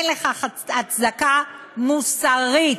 אין לכך הצדקה מוסרית.